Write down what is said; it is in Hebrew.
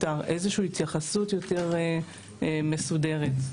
איזושהי התייחסות יותר מסודרת לכיתה של הילד שנפטר.